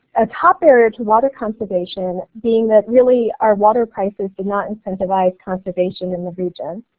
a tough barrier to water conservation being that really our water prices do not incentivize conservation in the region.